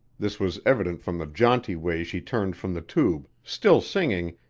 this was evident from the jaunty way she turned from the tube, still singing,